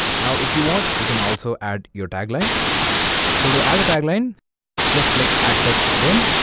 now if you want you can also add your tagline so to add a tagline just click add text again